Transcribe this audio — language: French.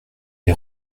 été